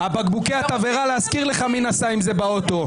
טלי, קראתי אותך לסדר פעם שלישית.